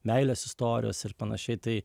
meilės istorijos ir panašiai tai